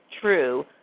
true